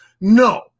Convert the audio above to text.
No